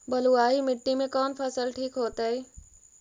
बलुआही मिट्टी में कौन फसल ठिक होतइ?